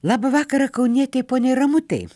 labą vakarą kaunietei poniai ramutei